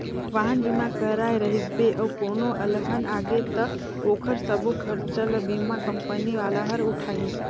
वाहन बीमा कराए रहिबे अउ कोनो अलहन आगे त ओखर सबो खरचा ल बीमा कंपनी वाला हर उठाही